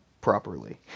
properly